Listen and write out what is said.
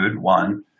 one